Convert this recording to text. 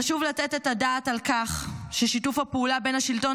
חשוב לתת את הדעת על כך ששיתוף הפעולה בין השלטון